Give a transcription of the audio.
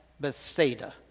Bethsaida